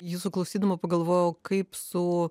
jūsų klausydama pagalvojau kaip su